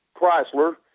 Chrysler